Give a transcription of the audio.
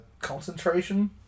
Concentration